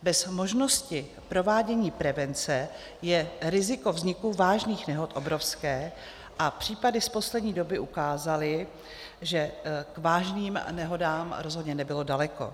Bez možnosti provádění prevence je riziko vzniku vážných nehod obrovské a případy z poslední doby ukázaly, že k vážným nehodám rozhodně nebylo daleko.